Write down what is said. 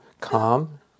calm